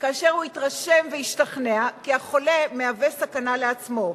כאשר הוא התרשם והשתכנע כי החולה מהווה סכנה לעצמו.